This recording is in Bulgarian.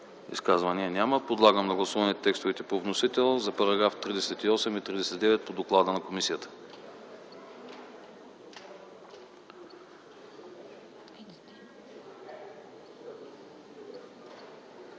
Изказвания няма. Подлагам на гласуване текстовете по вносител за параграфи 38 и 39 по доклада на комисията.